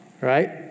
right